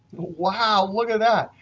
wow, look at that.